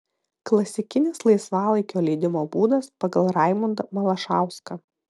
klasikinis laisvalaikio leidimo būdas pagal raimundą malašauską